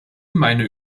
meine